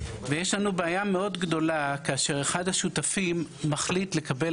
יש לנו בעיה מאוד גדולה כאשר אחד השותפים מחליט לקבל